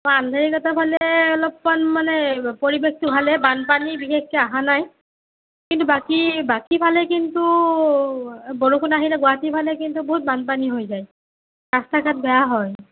ফালে অলপমান মানে পৰিবেশটো ভালে বানপানী বিশেষকৈ অহা নাই কিন্তু বাকী বাকী ফালে কিন্তু বৰষুণ আহিলে গুৱাহাটীৰ ফালে কিন্তু বহুত বানপানী হৈ যায় ৰাস্তা ঘাট বেয়া হয়